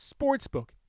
sportsbook